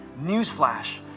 Newsflash